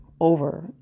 over